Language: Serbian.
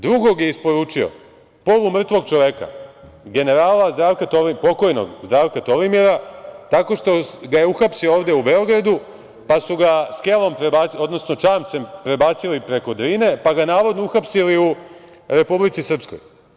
Drugog je isporučio polumrtvog čoveka, pokojnog generala Zdravka Tolimira tako što ga je uhapsio ovde u Beogradu, pa su ga skelom, odnosno čamcem prebacili preko Drine, pa ga navodno uhapsili u Republici Srpskoj.